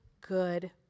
good